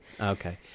Okay